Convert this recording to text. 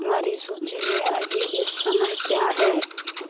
तुम्हारी सूचि में अभी इस समय क्या है